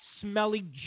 smelly